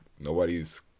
nobody's